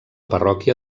parròquia